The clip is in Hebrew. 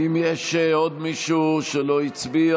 האם יש עוד מישהו שלא הצביע?